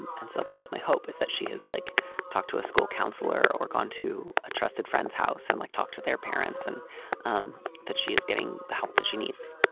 and and so that is my hope is that she has like talked to a school counselor or gone to a trusted friend's house and like talked to their parents and um that she is getting the help that she needs.